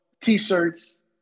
t-shirts